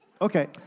Okay